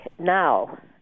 Now